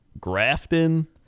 grafton